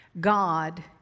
God